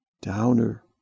downer